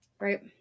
Right